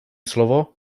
slovo